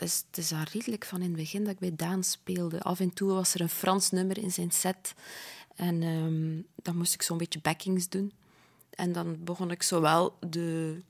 Dus het is al redelijk van in het begin dat ik bij Daan speelde. Af en toe was er een Frans nummer in zijn set en, ehm, dan moest ik zo'n beetje backings doen. En dan begon ik zowel de